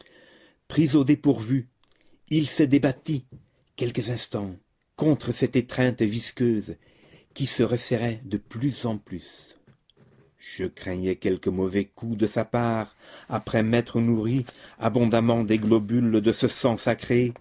pris au dépourvu il se débattit quelques instants contre cette étreinte visqueuse qui se resserrait de plus en plus je craignais quelque mauvais coup de sa part après m'être nourri abondamment des globules de ce sang sacré